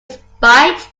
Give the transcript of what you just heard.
spite